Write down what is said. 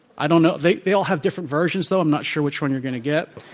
i don't know. they they all have different versions, though. i'm not sure which one you're going to get.